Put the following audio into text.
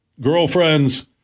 girlfriends